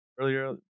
earlier